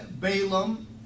Balaam